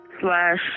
slash